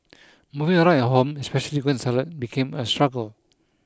moving around at home especially going to the toilet became a struggle